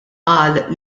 qal